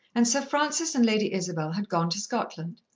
and sir francis and lady isabel had gone to scotland.